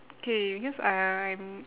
okay because I'm